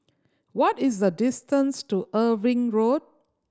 what is the distance to Irving Road